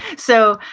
so,